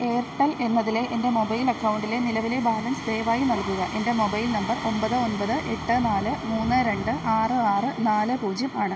Airtel എന്നതിലെ എൻ്റെ mobile അക്കൗണ്ടിലെ നിലവിലെ ബാലൻസ് ദയവായി നൽകുക എൻ്റെ മൊബൈൽ നമ്പർ ഒമ്പത് ഒൻപത് എട്ട് നാല് മൂന്ന് രണ്ട് ആറ് ആറ് നാല് പൂജ്യം ആണ്